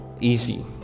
easy